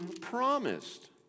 promised